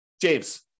James